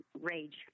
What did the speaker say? rage